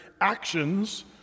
actions